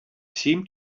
seemed